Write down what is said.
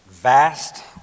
Vast